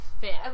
fit